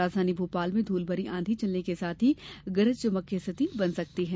राजधानी भोपाल में धूल भरी आंधी चलने के साथ ही गरज चमक की स्थिति बन सकती है